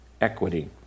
equity